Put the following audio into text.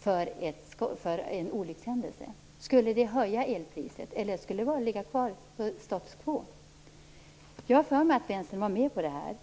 för en olyckshändelse? Skulle elpriset höjas, eller skulle det vara status quo? Jag har för mig att vänstern var med på det här.